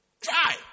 Try